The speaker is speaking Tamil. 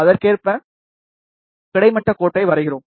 அதற்கேற்ப கிடைமட்ட கோட்டை வரைகிறோம்